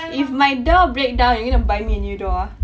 if my door break down you're going to buy me a new door ah